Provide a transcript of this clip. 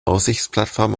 aussichtsplattform